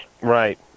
Right